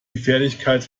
gefährlichkeit